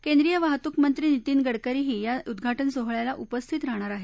केंद्रीय वाहतूक मंत्री नितीन गडकरीही या उद्घाटन सोहळ्याला उपस्थित राहणार आहेत